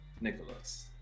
Nicholas